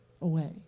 away